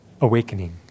awakening